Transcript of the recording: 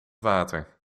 water